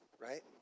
right